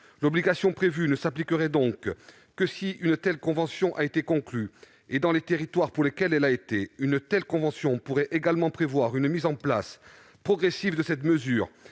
L'obligation prévue ne s'appliquerait que si une telle convention a été conclue et dans les territoires pour lesquelles elle l'a été. Une telle convention pourrait également prévoir la mise en place progressive de cette mesure,